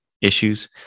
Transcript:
issues